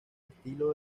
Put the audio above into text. estilo